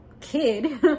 kid